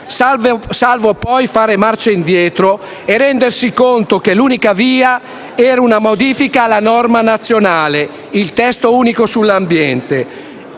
salvo poi fare marcia indietro e rendersi conto che l'unica via era una modifica alla norma nazionale, il testo unico sull'ambiente.